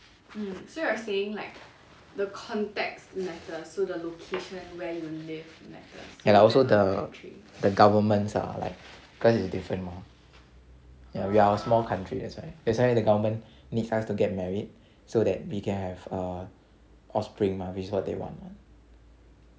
ya lah also the the governments ah like cause is different mah ya we are a small country that's why that's why the government needs us to get married so that we can have err offspring mah which is what they want ah